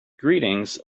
greetings